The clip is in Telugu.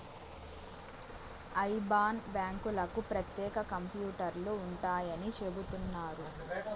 ఐబాన్ బ్యాంకులకు ప్రత్యేక కంప్యూటర్లు ఉంటాయని చెబుతున్నారు